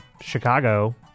Chicago